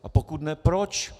A pokud ne, proč?